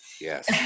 yes